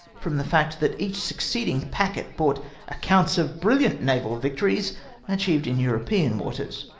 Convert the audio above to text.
from the fact that each succeeding packet brouoht accounts of briuiant naval victories achieved in european waters.